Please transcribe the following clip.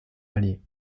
allier